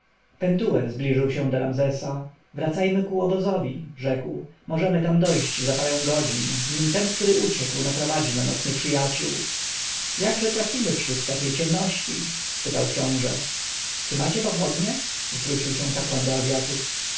pentuer zbliżył się do ramzesa wracajmy ku obozowi rzekł możemy tam dojść za parę godzin nim ten który uciekł naprowadzi nam nieprzyjaciół jakże trafimy wśród takiej ciemności spytał książę czy macie pochodnie zwrócił się kapłan do azjatów